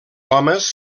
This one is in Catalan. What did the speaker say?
homes